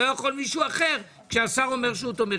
לא יכול מישהו אחר כשהשר אומר שהוא תומך,